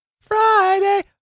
Friday